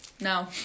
No